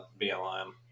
blm